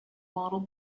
model